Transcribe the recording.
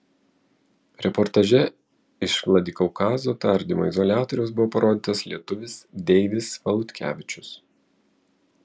reportaže iš vladikaukazo tardymo izoliatoriaus buvo parodytas lietuvis deivis valutkevičius